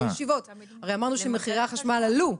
הרי אמרנו שמחירי החשמל עלו.